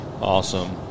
awesome